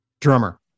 drummer